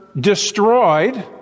destroyed